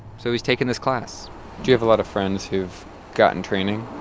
so he's taking this class do you have a lot of friends who've gotten training?